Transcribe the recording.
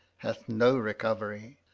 hath no recovery.